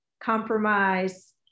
compromise